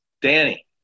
Danny